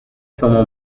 شما